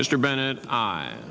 mr bennett